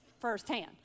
firsthand